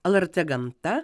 lrt gamta eta